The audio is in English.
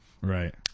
Right